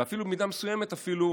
ובמידה מסוימת אפילו